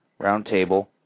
Roundtable